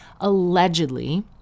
allegedly